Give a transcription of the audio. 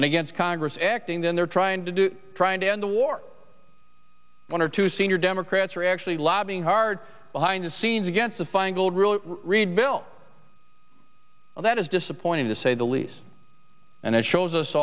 and against congress acting then they're trying to do trying to end the war one or two senior democrats are actually lobbying hard behind the scenes against the feingold bill that is disappointing to say the least and it shows us